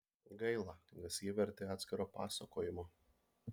gaila nes jie verti atskiro pasakojimo